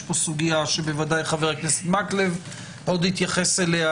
יש פה סוגיה שבוודאי חבר הכנסת מקלב עוד יתייחס אליה,